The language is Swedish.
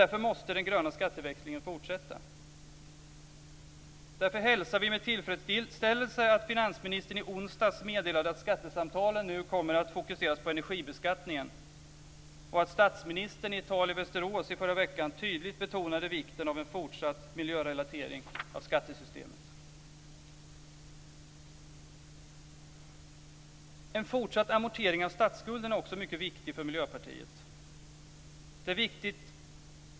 Därför måste den gröna skatteväxlingen fortsätta. Därför hälsar vi med tillfredsställelse att finansministern i onsdags meddelade att skattesamtalen nu kommer att fokuseras på energibeskattningen och att statsministern i ett tal i Västerås i förra veckan tydligt betonade vikten av en fortsatt miljörelatering av skattesystemet.